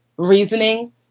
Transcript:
reasoning